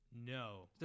No